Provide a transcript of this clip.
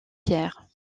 pierre